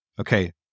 Okay